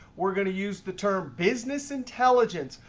we're going to use the term business intelligence,